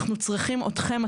אנחנו צריכים אתכם.